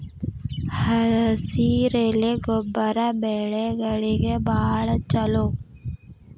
ಹಸಿರೆಲೆ ಗೊಬ್ಬರ ಬೆಳೆಗಳಿಗೆ ಬಾಳ ಚಲೋ